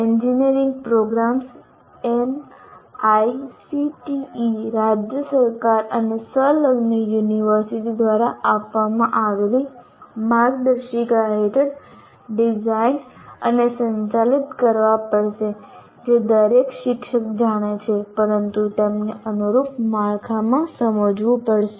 engineering programmes AICTE રાજ્ય સરકાર અને સંલગ્ન યુનિવર્સિટી દ્વારા આપવામાં આવેલી માર્ગદર્શિકા હેઠળ ડિઝાઇન અને સંચાલિત કરવા પડશે જે દરેક શિક્ષક જાણે છે પરંતુ તેમને અનુરૂપ માળખામાં સમજવું પડશે